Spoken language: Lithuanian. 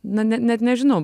na ne net nežinau